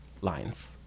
lines